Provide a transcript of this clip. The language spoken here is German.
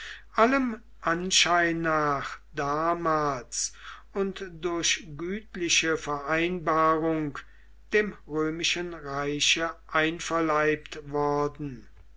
allem anschein nach damals und durch gütliche vereinbarung dem römischen reiche einverleibt worden